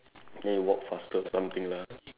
then you walk faster or something lah